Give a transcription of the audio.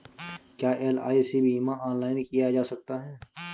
क्या एल.आई.सी बीमा ऑनलाइन किया जा सकता है?